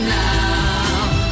now